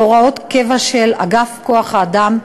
בהוראת קבע של אגף כוח-אדם.